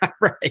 right